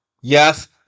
Yes